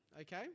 Okay